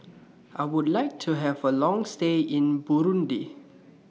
I Would like to Have A Long stay in Burundi